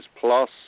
plus